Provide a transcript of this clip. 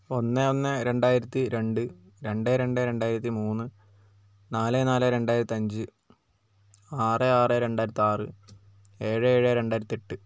ഒന്ന് ഒന്ന് രണ്ടായിരത്തി രണ്ട് രണ്ട് രണ്ട് രണ്ടായിരത്തി മൂന്ന് നാല് നാല് രണ്ടായിരത്തി അഞ്ച് ആറ് ആറ് രണ്ടായിരത്തി ആറ് ഏഴ് ഏഴ് രണ്ടായിരത്തി എട്ട്